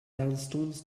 instances